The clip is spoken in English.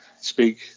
speak